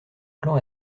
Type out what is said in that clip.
clan